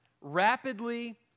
rapidly